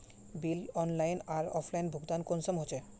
Bill online आर offline भुगतान कुंसम होचे?